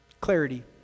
Clarity